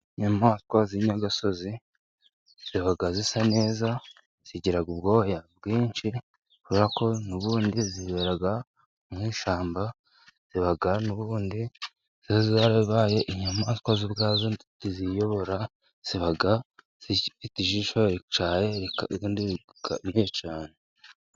Inyamaswa z'inyayagasozi ziba zisa neza. Zigira ubwoya bwinshi kubera ko n'ubundi zibera mu ishyamba, ziba n'ubundi zarabaye inyamaswa zo ubwazo ntiziyobora, ziba zifite ijisho rityaye n'ubundi rikanuye cyane.